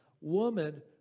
woman